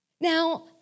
Now